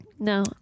no